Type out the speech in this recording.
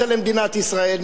נכון שהשקעת,